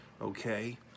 okay